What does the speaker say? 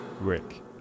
Rick